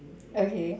okay